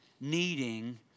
needing